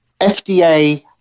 FDA